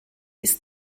ist